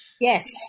Yes